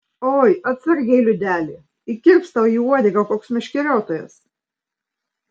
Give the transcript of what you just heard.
oi atsargiai liudeli įkirps tau į uodegą koks meškeriotojas